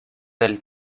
del